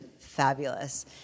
fabulous